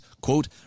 quote